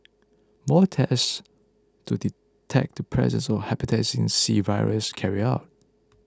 more tests to detect the presence of Hepatitis C virus carried out